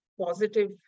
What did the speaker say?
positive